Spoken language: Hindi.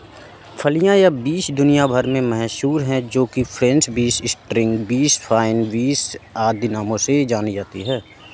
फलियां या बींस दुनिया भर में मशहूर है जो कि French beans, string beans, fine beans आदि नामों से जानी जाती है